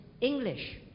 English